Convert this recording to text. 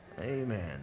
amen